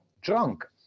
drunk